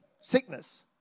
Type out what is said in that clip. sickness